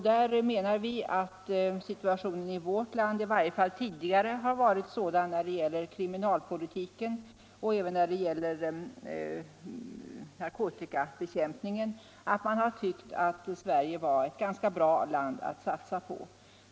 Vi menar att situationen i vårt land i varje fall tidigare varit sådan när det gäller kriminaloch narkotikapolitiken att Sverige har framstått som ett ganska bra land att satsa på.